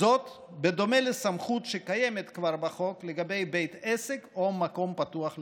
בדומה לסמכות שקיימת כבר בחוק לגבי בית עסק או מקום פתוח לציבור.